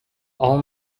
all